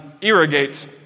Irrigate